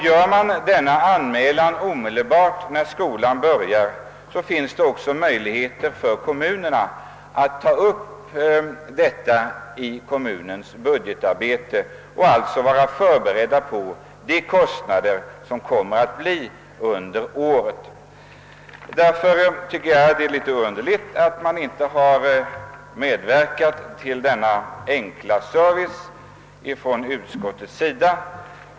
Gör man denna anmälan omedelbart när skolan börjar, finns det också möjligheter för kommunerna att ta upp utgifterna i budgetarbetet och alltså vara förberedda på de kostnader som kommer under året. Därför tycker jag det är litet underligt att utskottet inte har medverkat till denna enkla service.